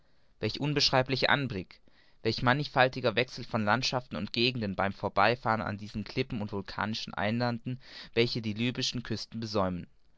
welch unbeschreiblicher anblick welch mannichfaltiger wechsel von landschaften und gegenden beim vorbeifahren an diesen klippen und vulkanischen eilanden welche die lybischen küsten besäumen